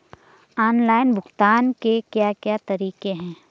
Online भुगतान के क्या क्या तरीके हैं?